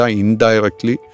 indirectly